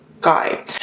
guy